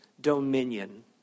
dominion